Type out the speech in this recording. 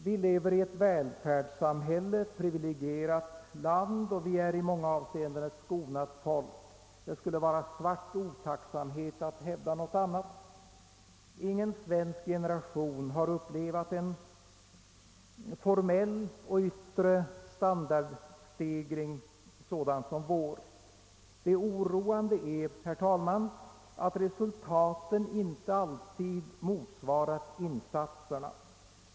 Vi lever i ett välfärdssamhälle, ett privilegierat land, och vi är ett i många avseenden skonat folk. Det skulle vara svart otacksamhet att hävda någonting annat. Ingen svensk generation har upp levat en formell och yttre standardstegring sådan som vår. Det oroande är, herr talman, att resultaten inte alltid motsvarat insatserna.